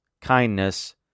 kindness